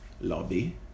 lobby